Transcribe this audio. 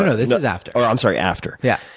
and this is after. oh, i'm sorry, after. yeah.